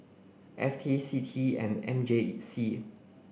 F T C T E M M J C